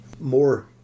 more